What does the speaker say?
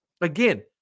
again